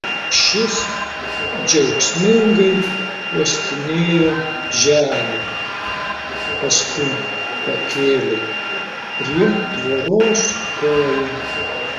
šis džiaugsmingai uostinėjo žemę paskui pakėlė prie tvoros koją